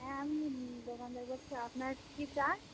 হ্যাঁ আমি দোকানদার বলছি আপনার কী চান